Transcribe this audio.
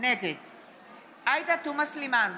נגד עאידה תומא סלימאן,